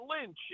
Lynch